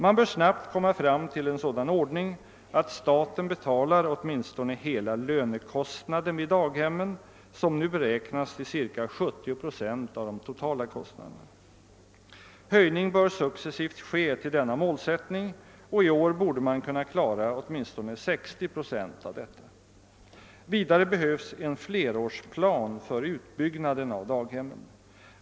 Man bör snabbt komma fram till en sådan ordning att staten betalar åtminstone hela lönekostnaden vid daghemmen vilken nu beräknas till ca 79 procent av de totala kostnaderna. Höjning bör successivt ske till denna målsättning, och i år borde man kunna klara åtminstone 60 procent av denna. Vidare behövs en flerårsplan för utbyggnaden av daghemmen.